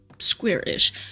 square-ish